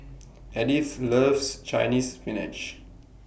Edythe loves Chinese Spinach